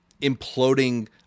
imploding